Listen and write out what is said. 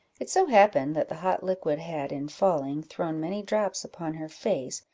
it so happened, that the hot liquid had, in falling, thrown many drops upon her face,